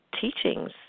teachings